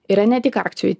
yra ne tik akcijų